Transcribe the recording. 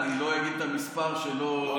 אני לא אגיד את המספר, שלא,